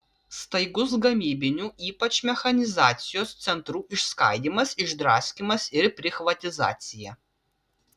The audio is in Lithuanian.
staigus gamybinių ypač mechanizacijos centrų išskaidymas išdraskymas ir prichvatizacija